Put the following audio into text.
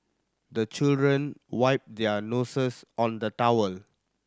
the children wipe their noses on the towel